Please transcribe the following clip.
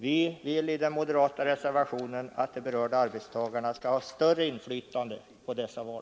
Vi framför i den moderata reservationen den uppfattningen att de berörda arbetstagarna skall ha större inflytande på dessa val.